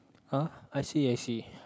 ah I see I see